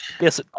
Yes